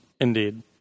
Indeed